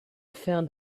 found